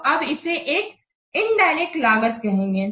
तो अब इसे एक इनडायरेक्ट लागत कहेंगे